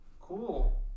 Cool